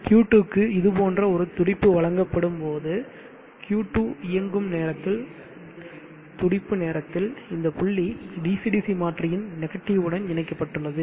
Q2 க்கு இது போன்ற ஒரு துடிப்பு வழங்கப்படும் போது Q2 இயங்கும் நேரத்தில் துடிப்பு நேரத்தில் இந்த புள்ளி DC DC மாற்றியின் நெகட்டிவ் உடன் இணைக்கப்பட்டுள்ளது